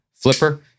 flipper